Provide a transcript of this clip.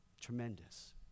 Tremendous